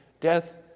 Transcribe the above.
death